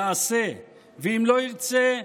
יעשה, ואם לא ירצה,